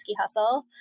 Hustle